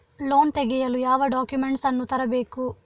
Loan ತೆಗೆಯಲು ಯಾವ documents ಅನ್ನು ತರಬೇಕು?